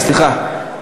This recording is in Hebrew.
רינה, סליחה.